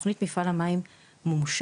תכנית מפעל המים מומשה,